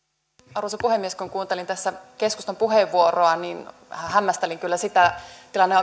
arvoisa puhemies kun kuuntelin tässä keskustan puheenvuoroa niin vähän hämmästelin kyllä sitä tilanne